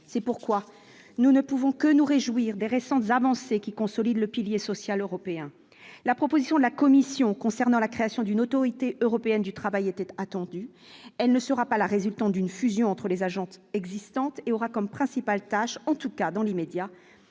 c'est pourquoi nous ne pouvons que nous réjouir des récentes avancées qui consolide le pilier social européen, la proposition de la commission concernant la création d'une autorité européenne du travail était attendue, elle ne sera pas la résultant d'une fusion entre les agences existantes et aura comme principale tâche en tout cas dans l'immédiat,